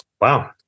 Wow